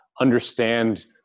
understand